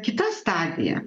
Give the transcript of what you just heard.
kita stadija